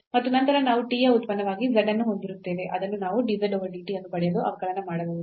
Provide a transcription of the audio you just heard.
ಮತ್ತು ನಂತರ ನಾವು t ಯ ಉತ್ಪನ್ನವಾಗಿ z ಅನ್ನು ಹೊಂದಿರುತ್ತೇವೆ ಅದನ್ನು ನಾವು dz over dt ಅನ್ನು ಪಡೆಯಲು ಅವಕಲನ ಮಾಡಬಹುದು